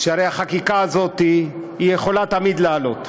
שהרי החקיקה הזאת יכולה תמיד לעלות,